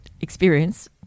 experience